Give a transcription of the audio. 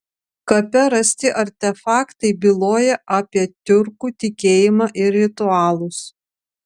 kape rasti artefaktai byloja apie tiurkų tikėjimą ir ritualus